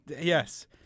Yes